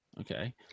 Okay